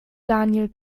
daniel